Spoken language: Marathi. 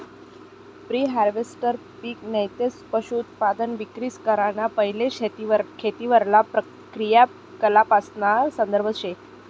प्री हारवेस्टहाई पिक नैते पशुधनउत्पादन विक्री कराना पैले खेतीवरला क्रियाकलापासना संदर्भ शे